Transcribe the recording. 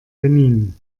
benin